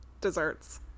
desserts